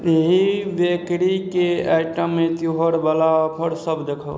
एहि बेकरीके आइटममे त्योहारवला ऑफर सभ देखाउ